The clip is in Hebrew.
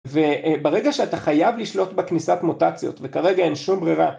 וברגע שאתה חייב לשלוט בכניסת מוטציות וכרגע אין שום ברירה